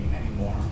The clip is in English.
anymore